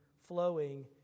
flowing